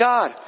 God